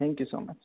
thank you so much